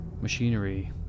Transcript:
machinery